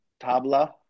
Tabla